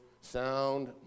sound